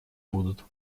будут